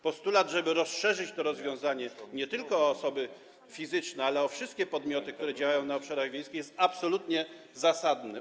Postulat, żeby rozszerzyć to rozwiązanie nie tylko o osoby fizyczne, ale też o wszystkie podmioty, które działają na obszarach wiejskich, jest absolutnie zasadny.